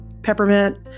Peppermint